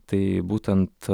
tai būtent